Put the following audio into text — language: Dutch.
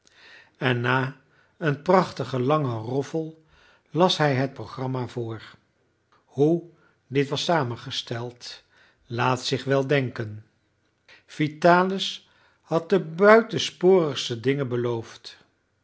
en na een prachtigen langen roffel las hij het programma voor hoe dit was samengesteld laat zich wel denken vitalis had de buitensporigste dingen beloofd